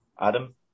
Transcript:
Adam